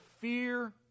fear